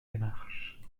démarches